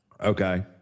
Okay